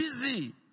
busy